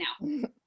now